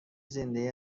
زندهای